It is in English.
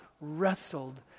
wrestled